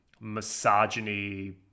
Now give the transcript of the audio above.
misogyny